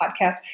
podcast